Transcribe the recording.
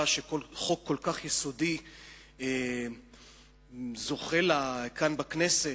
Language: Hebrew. שחוק כל כך יסודי זוכה לה כאן בכנסת,